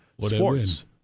Sports